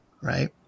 right